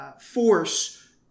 force